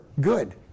good